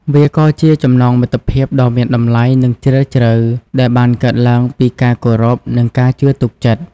វាក៏ជាចំណងមិត្តភាពដ៏មានតម្លៃនឹងជ្រាលជ្រៅ ដែលបានកើតឡើងពីការគោរព និងការជឿទុកចិត្ត។